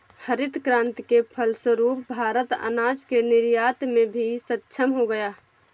हरित क्रांति के फलस्वरूप भारत अनाज के निर्यात में भी सक्षम हो गया